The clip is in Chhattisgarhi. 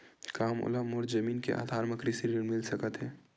का मोला मोर जमीन के आधार म कृषि ऋण मिल सकत हे?